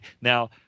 Now